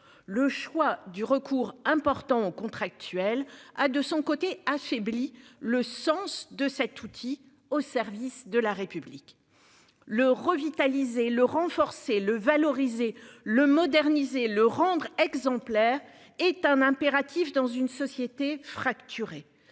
Le choix du recours important aux contractuels, a de son côté affaibli le sens de cet outil au service de la République. Le revitaliser le renforcer le valoriser le moderniser le rendre exemplaire est un impératif dans une société fracturée